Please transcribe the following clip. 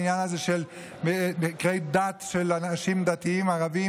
העניין הזה של מקרי דת של אנשים דתיים ערבים,